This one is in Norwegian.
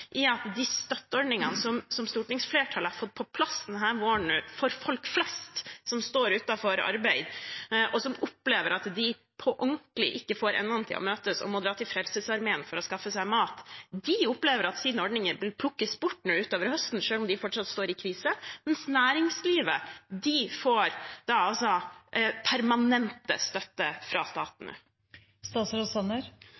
i at de støtteordningene som stortingsflertallet har fått på plass denne våren, for folk flest, som står utenfor arbeid, og som opplever at de på ordentlig ikke får endene til å møtes og må dra til Frelsesarmeen for å skaffe seg mat – at deres ordninger plukkes bort nå utover høsten, selv om de fortsatt står i krise, mens næringslivet får permanent støtte fra staten. En reduksjon i formuesskatten er ikke en permanent støtte,